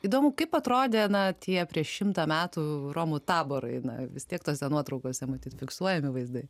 įdomu kaip atrodė na tie prieš šimtą metų romų taborai na vis tiek tose nuotraukose matyt fiksuojami vaizdai